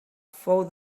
fou